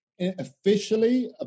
officially